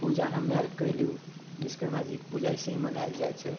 पूजा हमे आर कएलहुँ विश्वकर्माजीके पूजा अइसे ही मनाएल जाइ छै